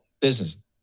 business